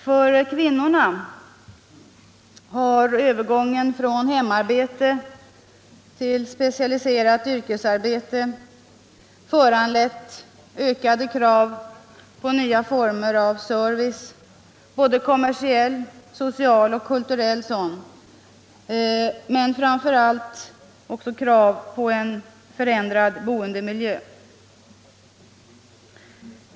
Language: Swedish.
För kvinnorna har övergången från hemarbete till specialiserat yrkesarbete föranlett ökade krav på nya former av service, såväl kommersiell som social och kulturell, men framför allt krav på en förändrad boendemiljö.